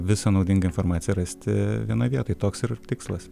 visą naudingą informaciją rasti vienoj vietoj toks ir tikslas